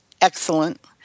excellent